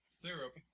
syrup